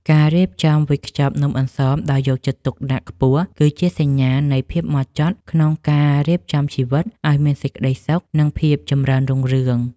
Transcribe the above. ការរៀបចំវេចខ្ចប់នំអន្សមដោយយកចិត្តទុកដាក់ខ្ពស់គឺជាសញ្ញាណនៃភាពហ្មត់ចត់ក្នុងការរៀបចំជីវិតឱ្យមានសេចក្ដីសុខ និង ភាពចម្រើនរុងរឿង។